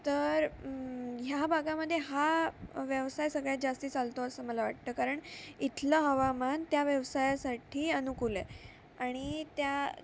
तर ह्या भागामध्ये हा व्यवसाय सगळ्यात जास्त चालतो असं मला वाटतं कारण इथलं हवामान त्या व्यवसायासाठी अनुकूल आहे आणि त्या